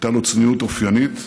הייתה לו צניעות אופיינית,